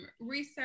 research